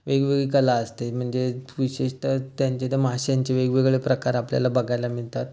वेगवेगळी कला असते म्हणजे विशेषतः त्यांच्या इथे माशांचे वेगवेगळे प्रकार आपल्याला बघायला मिळतात